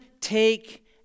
take